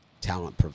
talent